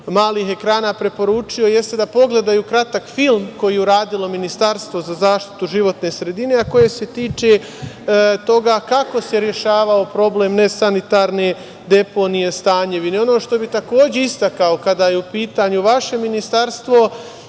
malih ekrana preporučio jeste da pogledaju kratak film koje je uradilo Ministarstvo za zaštitu životne sredine, a koje se tiče toga kako se rešavao problem nesanitarne deponije "Stanjevine".Ono što bi takođe istakao kada je u pitanju vaše Ministarstvo